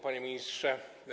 Panie Ministrze!